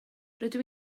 rydw